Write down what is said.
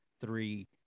three